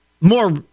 more